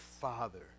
Father